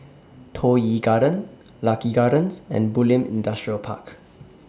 Toh Yi Garden Lucky Gardens and Bulim Industrial Park